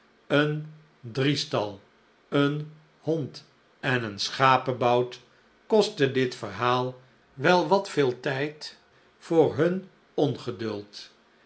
een driestal een hond en een schapebout kostte dit verhaal wel wat veel tijd voor hun ongeduld